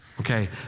Okay